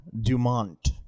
Dumont